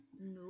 no